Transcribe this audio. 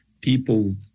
People